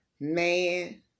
Man